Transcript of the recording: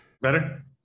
Better